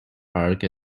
park